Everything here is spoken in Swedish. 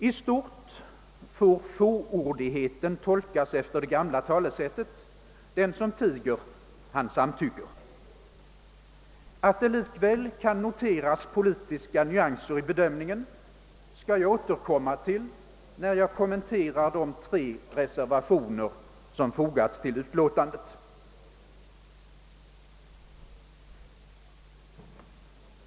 I stort får fåordigheten tolkas efter det gamla talesättet: den som tiger, han samtycker. Att det likväl kan noteras politiska nyanser i bedömningen skall jag återkomma till, när jag kommenterar de tre motiverade reservationer som fogats till utskottets utlåtande.